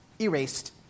Erased